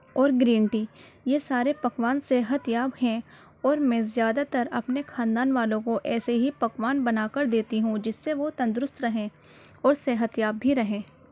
اور green tea یہ سارے پکوان صحتیاب ہیں اور میں زیادہ تر اپنے خاندان والوں کو ایسے ہی پکوان بنا کر دیتی ہوں جس سے وہ تندرست رہیں اور صحتیاب بھی رہیں